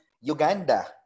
Uganda